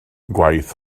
gwaith